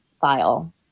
file